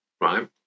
right